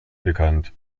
bekannt